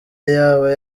yaba